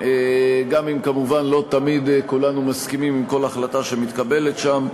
גם אם כמובן לא תמיד כולנו מסכימים עם כל החלטה שמתקבלת שם.